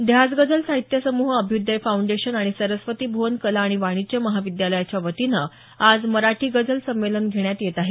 ध्यास गझल साहित्य समूह अभ्युदय फाउंडेशन आणि सरस्वती भुवन कला व वाणिज्य महाविद्यालयाच्या वतीनं आज मराठी गझल संमेलन घेण्यात येत आहे